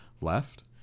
left